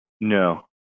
No